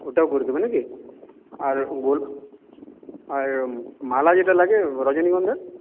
ওটাও করে দেবে না কি আর বল আর মালা যেটা লাগে রজনীগন্ধার